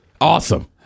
Awesome